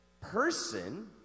person